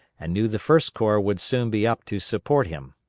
and knew the first corps would soon be up to support him.